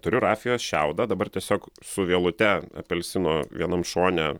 turiu rafijos šiaudą dabar tiesiog su vielute apelsino vienam šone